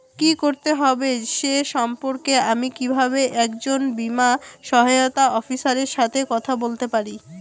কী করতে হবে সে সম্পর্কে আমি কীভাবে একজন বীমা সহায়তা অফিসারের সাথে কথা বলতে পারি?